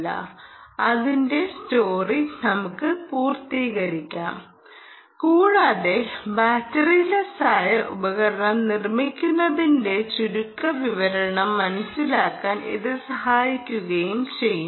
ഞാൻ നിങ്ങൾക്ക് സ്ലൈഡുകൾ കാണിച്ചു തരാം അങ്ങനെ ഇതിന്റെ സ്റ്റോറി നമുക്ക് പൂർത്തിയാക്കാം കൂടാതെ ബാറ്ററിലെസ്സായുള്ള ഉപകരണം നിർമ്മിക്കുന്നതിന്റെ ചുരുക്കവിവരണം മനസ്സിലാക്കാൻ ഇത് സഹായിക്കുകയും ചെയ്യും